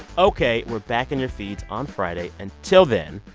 ok. we're back in your feeds on friday. until then,